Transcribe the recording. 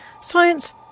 Science